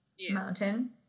mountain